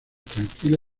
tranquila